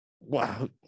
wow